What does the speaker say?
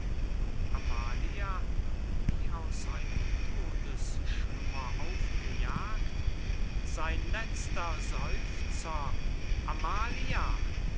amalia amalia wie aus einem todesschlummer aufgejagt sein letzter seufzer amalia